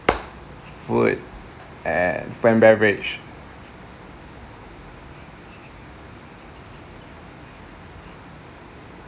food and food and beverage